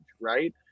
right